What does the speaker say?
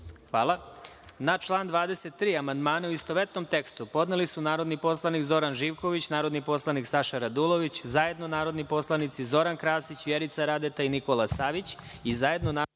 Hvala. Na član 23. amandmane, u istovetnom tekstu, podneli su narodni poslanik Zoran Živković, narodni poslanik Saša Radulović, zajedno narodni poslanici Zoran Krasić, Vjerica Radeta i Nikola Savić i zajedno narodni poslanici